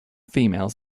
females